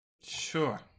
Sure